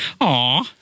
Aw